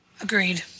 Agreed